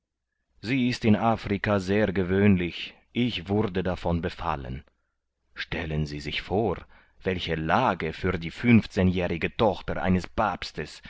sie ist in afrika sehr gewöhnlich ich wurde davon befallen stellen sie sich vor welche lage für die funfzehnjährige tochter eines papstes